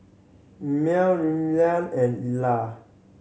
Mell Leyla and Ila